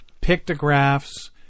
pictographs